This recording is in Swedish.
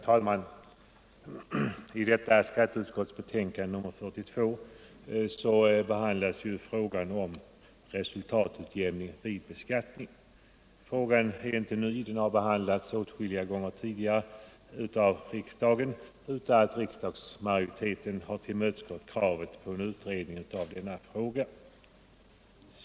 Herr talman! I skatteutskottets betänkande nr 42 behandlas bl.a. frågan om rätt till resultatutjämning vid beskattningen. Frågan är inte ny. Den har behandlats åtskilliga gånger tidigare här i riksdagen utan att riksdagsmajoriteten har tillmötesgått kravet på en utredning.